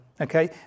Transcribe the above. Okay